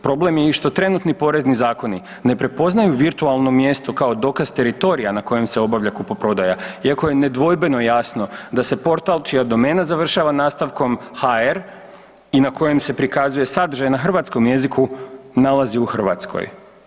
Problem je i što trenutni porezni zakoni ne prepoznaju virtualno mjesto kao dokaz teritorija na kojem se obavlja kupoprodaja iako je nedvojbeno jasno da se portal čija domena završava nastavkom –hr i na kojem se prikazuje sadržaj na hrvatskom jeziku, nalazi u Hrvatskoj.